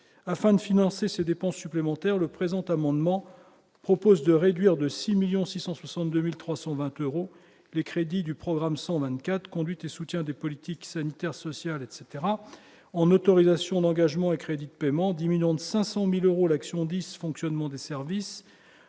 afin de financer ces dépenses supplémentaires le présent amendement propose de réduire de 6 1000000 662320 euros, les crédits du programme 124 conduite et soutien des politiques sanitaires, sociales, etc en autorisations d'engagement et crédits de paiement, diminuant de 500000 euros l'action dysfonctionnements des services